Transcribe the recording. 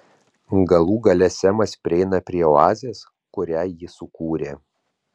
galų gale semas prieina prie oazės kurią ji sukūrė